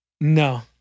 No